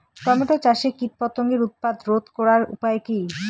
Tomato চাষে কীটপতঙ্গের উৎপাত রোধ করার উপায় কী?